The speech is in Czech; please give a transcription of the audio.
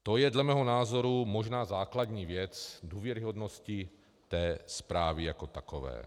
To je dle mého názoru možná základní věc důvěryhodnosti té zprávy jako takové.